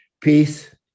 peace